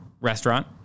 restaurant